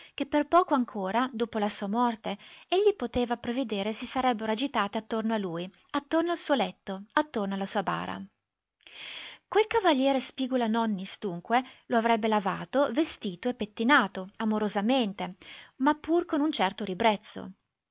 che per poco ancora dopo la sua morte egli poteva prevedere si sarebbero agitate attorno a lui attorno al suo letto attorno alla sua bara quel cav spigula-nonnis dunque lo avrebbe lavato vestito e pettinato amorosamente ma pur con un certo ribrezzo